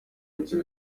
bice